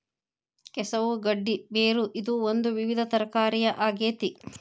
ಕೆಸವು ಗಡ್ಡಿ ಬೇರು ಇದು ಒಂದು ವಿವಿಧ ತರಕಾರಿಯ ಆಗೇತಿ